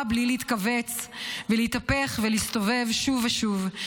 בלי להתכווץ ולהתהפך ולהסתובב שוב ושוב.